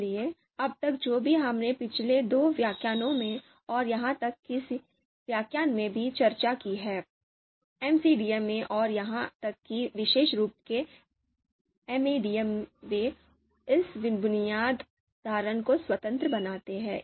इसलिए अब तक जो भी हमने पिछले दो व्याख्यानों में और यहां तक कि इस व्याख्यान में भी चर्चा की है एमसीडीएम में और यहां तक कि विशेष रूप से एमएडीएम में वे इस बुनियादी धारणा को स्वतंत्र बनाते हैं